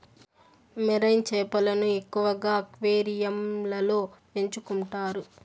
marine చేపలను ఎక్కువగా అక్వేరియంలలో పెంచుకుంటారు